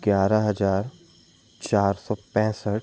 ग्यारह हज़ार चार सौ पैसठ